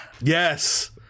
Yes